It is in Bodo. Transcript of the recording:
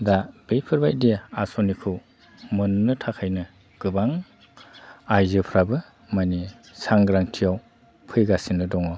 दा बैफोरबायदि आसनिखौ मोननो थाखायनो गोबां आइजोफ्राबो मानि सांग्रांथियाव फैगासिनो दङ